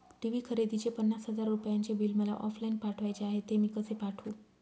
TV खरेदीचे पन्नास हजार रुपयांचे बिल मला ऑफलाईन पाठवायचे आहे, ते मी कसे पाठवू?